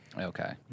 okay